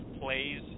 plays